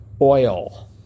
Oil